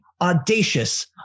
audacious